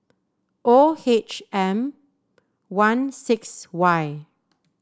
O H M one six Y